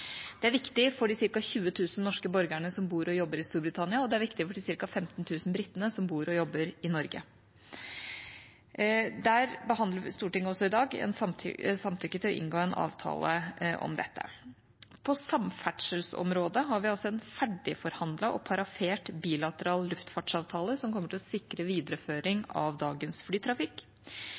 Det er viktig for de ca. 20 000 norske borgerne som bor og jobber i Storbritannia, og det er viktig for de ca. 15 000 britene som bor og jobber i Norge. Stortinget behandler i dag også samtykke til å inngå en avtale om dette. På samferdselsområdet har vi en ferdigforhandlet og parafert bilateral luftfartsavtale, som kommer til å sikre videreføring av dagens flytrafikk.